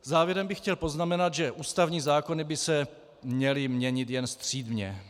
Závěrem bych chtěl poznamenat, že ústavní zákony by se měly měnit jenom střídmě.